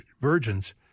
virgins